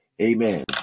Amen